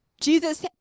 Jesus